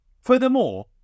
Furthermore